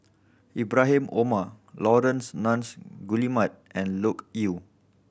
Ibrahim Omar Laurence Nunns Guillemard and Loke Yew